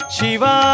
Shiva